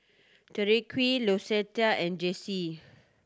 Tyrique Lucetta and Jaycie